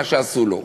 מה שעשו לו,